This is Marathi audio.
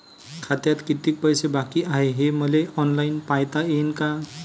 खात्यात कितीक पैसे बाकी हाय हे मले ऑनलाईन पायता येईन का?